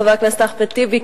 חבר הכנסת אחמד טיבי,